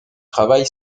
travail